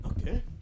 okay